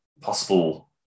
possible